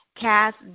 Cast